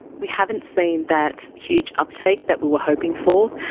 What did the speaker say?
we haven't seen that huge uptake that we were hoping for.